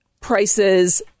prices